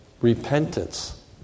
repentance